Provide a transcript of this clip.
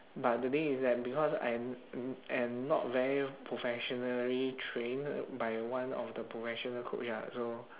but the thing is that because I'm m~ am not very professionally trained by one of the professional coach ah so